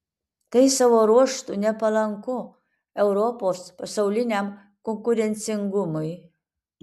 tai savo ruožtu nepalanku europos pasauliniam konkurencingumui